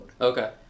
Okay